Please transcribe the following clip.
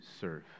serve